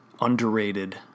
underrated